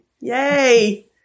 Yay